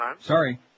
Sorry